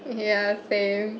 yeah same